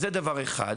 זה דבר אחד.